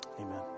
amen